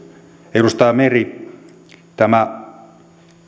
edustaja meri tämä